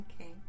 okay